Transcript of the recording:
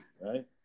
right